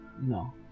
No